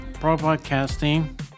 broadcasting